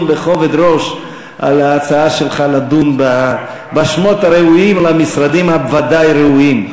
בכובד ראש בהצעה שלך לדון בשמות הראויים למשרדים הוודאי-ראויים.